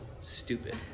Stupid